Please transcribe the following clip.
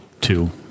two